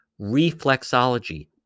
reflexology